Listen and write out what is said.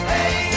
Hey